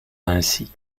ainsi